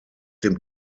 dem